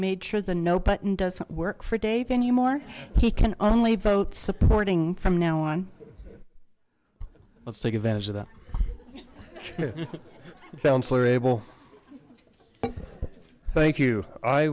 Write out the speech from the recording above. made sure the no button doesn't work for dave anymore he can only vote supporting from now on let's take advantage of that councillor abel thank you i